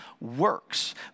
works